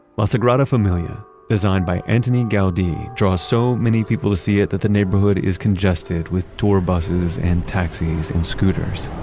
la sagrada familia designed by antoni gaudi draws so many people to see it that the neighborhood is congested with tour buses and taxis and scooters.